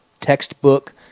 textbook